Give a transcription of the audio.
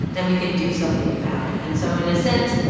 then we can do something about it. and so, in a sense,